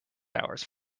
hours